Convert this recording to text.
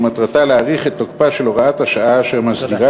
ומטרתה להאריך את תוקפה של הוראת השעה אשר מסדירה